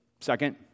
Second